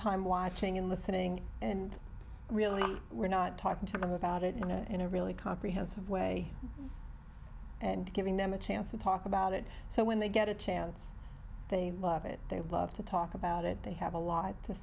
time watching and listening and really we're not talking to them about it in a in a really comprehensive way and giving them a chance to talk about it so when they get a chance they love it they love to talk about it they have a lie to